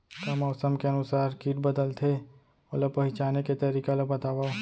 का मौसम के अनुसार किट बदलथे, ओला पहिचाने के तरीका ला बतावव?